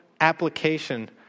application